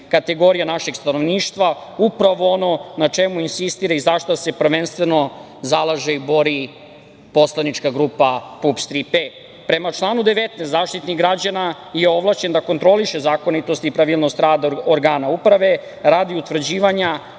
kategorija našeg stanovništva upravo ono na čemu insistira i za šta se prvenstveno zalaže i bori poslanička grupa PUPS – „Tri P“.Prema članu 19. Zaštitnik građana je ovlašćen da kontroliše zakonitost i pravilnost rada organa uprave radi utvrđivanja